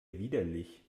widerlich